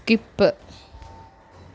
skip